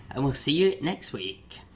and we'll see you next week,